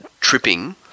tripping